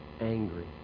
angry